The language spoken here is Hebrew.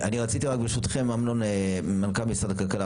אמנון מנכ"ל משרד הכלכלה,